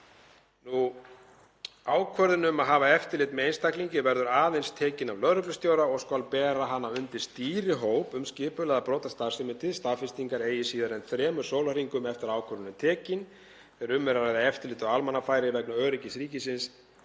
Ákvörðun um að hafa eftirlit með einstaklingi verður aðeins tekin af lögreglustjóra og skal bera hana undir stýrihóp um skipulagða brotastarfsemi til staðfestingar eigi síðar en þremur sólarhringum eftir að ákvörðunin er tekin þegar um er að ræða eftirlit á almannafæri vegna öryggis ríkisins.